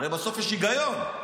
הרי בסוף יש היגיון.